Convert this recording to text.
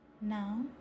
Now